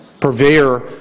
purveyor